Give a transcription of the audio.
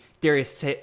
Darius